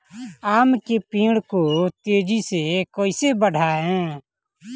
आम के पेड़ को तेजी से कईसे बढ़ाई?